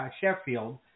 Sheffield